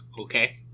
Okay